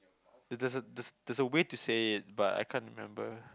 th~ there's way to say it but I can't remember